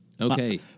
Okay